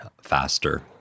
faster